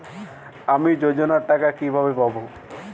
আমি যোজনার টাকা কিভাবে পাবো?